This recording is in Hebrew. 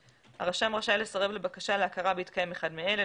רשאי לסרב לבקשה להכרה בהתקיים אחד מאלה,